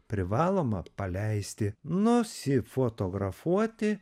privaloma paleisti nusifotografuoti